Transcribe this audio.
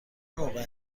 موقع